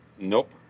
Nope